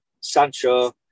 Sancho